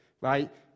right